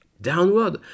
downward